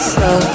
Slow